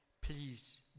please